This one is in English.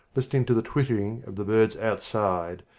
listening to the twittering of the birds outside,